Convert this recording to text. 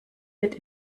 wird